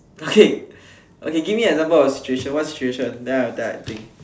okay okay give me example of situation one situation then I then I think